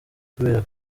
kubera